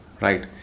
right